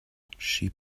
she